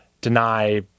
deny